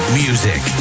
music